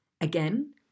Again